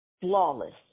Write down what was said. flawless